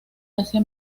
asia